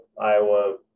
Iowa